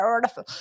beautiful